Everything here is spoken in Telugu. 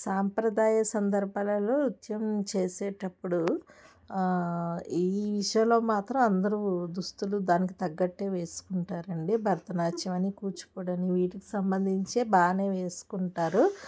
సాంప్రదాయ సందర్భాలలో నృత్యం చేసేటప్పుడు ఈ విషయంలో మాత్రం అందరు దుస్తులు దానికి తగ్గట్టే వేసుకుంటారండి భరత నాట్యమని కూచిపూడని వీటికి సంబంధించే బాగానే వేసుకుంటారు